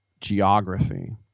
geography